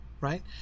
right